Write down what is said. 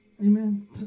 amen